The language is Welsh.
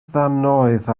ddannoedd